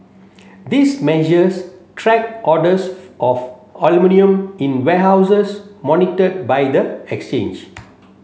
this measures track orders of aluminium in warehouses monitored by the exchange